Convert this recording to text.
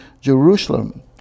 Jerusalem